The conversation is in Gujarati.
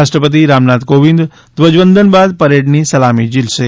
રાષ્ટ્રપતિ રામનાથ કોવિંદ ધ્વજવંદન બાદ પરેડની સલામી ઝીલશે